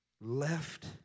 left